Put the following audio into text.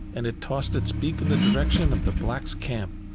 and it tossed its beak in the direction of the black's camp.